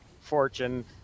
Fortune